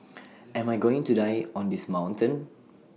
am I going to die on this mountain